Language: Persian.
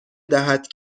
دهد